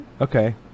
Okay